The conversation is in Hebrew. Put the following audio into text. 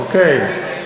אוקיי.